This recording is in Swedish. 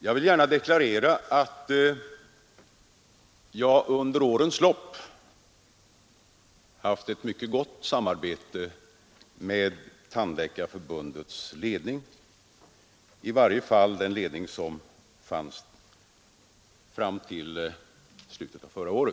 Jag vill gärna deklarera att jag under årens lopp haft ett mycket gott samarbete med Tandläkarför bundets ledning, i varje fall den ledning som fanns fram till slutet av förra året.